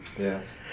yes